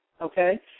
okay